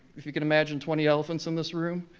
if you can imagine twenty elephants in this room,